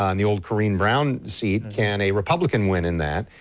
um the old corinne brown seat, can a republican win in that,